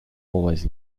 always